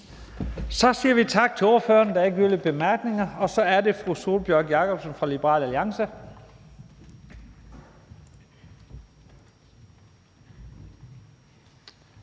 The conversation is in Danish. Så siger vi tak til ordføreren. Der er ikke yderligere korte bemærkninger. Så er det fru Sólbjørg Jakobsen fra Liberal Alliance.